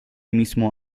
mismo